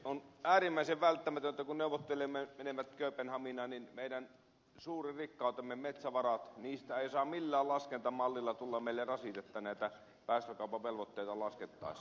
on äärimmäisen välttämätöntä kun neuvottelijamme menevät kööpenhaminaan että meidän suuresta rikkaudestamme metsävaroista ei saa millään laskentamallilla tulla meille rasitetta näitä päästökaupan velvoitteita laskettaessa